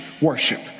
worship